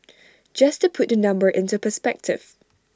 just to put the number into perspective